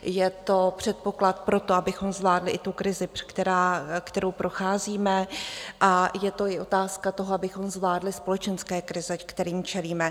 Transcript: Je to předpoklad pro to, abychom zvládli i tu krizi, kterou procházíme, a je to i otázka toho, abychom zvládli společenské krize, kterým čelíme.